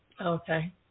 Okay